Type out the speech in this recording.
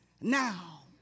now